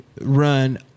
run